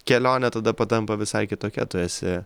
kelionė tada patampa visai kitokia tu esi